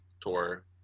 tour